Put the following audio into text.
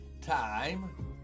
time